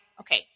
okay